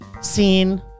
scene